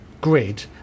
grid